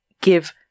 give